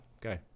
Go